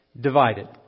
divided